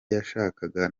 yashakaga